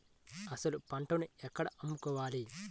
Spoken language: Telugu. అసలు పంటను ఎక్కడ అమ్ముకోవాలి?